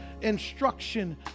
instruction